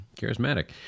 charismatic